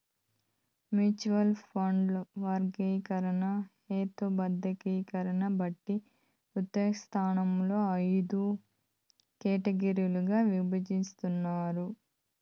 mutual ఫండ్ల వర్గీకరణ, హేతబద్ధీకరణని బట్టి విస్తృతస్థాయిలో అయిదు కేటగిరీలుగా ఇభజించినారు